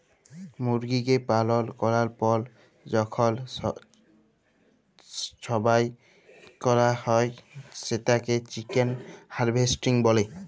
মুরগিকে পালল ক্যরার পর যখল জবাই ক্যরা হ্যয় সেটকে চিকেল হার্ভেস্টিং ব্যলে